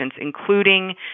including